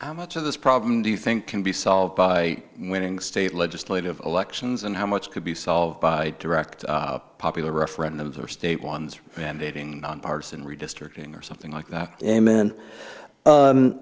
how much of this problem do you think can be solved by winning state legislative elections and how much could be solved by direct popular referendums or state ones rampaging arson redistricting or something like that and then